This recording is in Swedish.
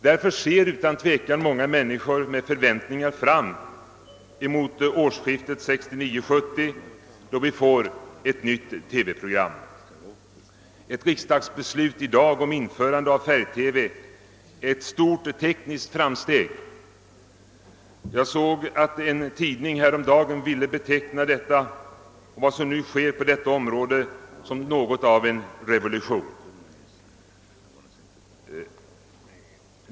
Därför ser utan tvekan många människor med förväntningar fram emot årsskiftet 1969/1970, då vi får ett andra TV-program. Ett riksdagsbeslut i dag om införande av färg-TV markerar ett stort tekniskt framsteg. Jag läste häromdagen en tidning, där man betecknade det som nu sker på TV-området som något av en revolution.